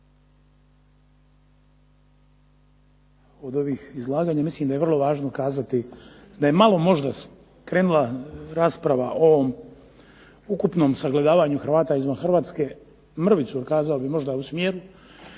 od ovih izlaganja mislim da je vrlo važno kazati da je malo možda krenula rasprava o ukupnom sagledavanju Hrvata izvan Hrvatske mrvicu kazao bih malo u smjeru,